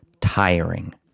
tiring